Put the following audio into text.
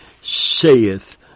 saith